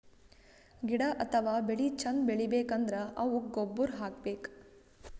ಗಿಡ ಅಥವಾ ಬೆಳಿ ಚಂದ್ ಬೆಳಿಬೇಕ್ ಅಂದ್ರ ಅವುಕ್ಕ್ ಗೊಬ್ಬುರ್ ಹಾಕ್ಬೇಕ್